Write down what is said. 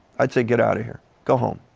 i would say, get out of here, go home.